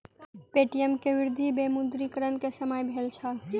Paytm के वृद्धि विमुद्रीकरण के समय भेल छल